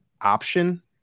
option